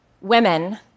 Women